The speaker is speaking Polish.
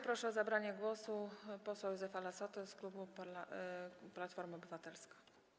Proszę o zabranie głosu posła Józefa Lassotę z klubu Platforma Obywatelska.